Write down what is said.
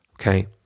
okay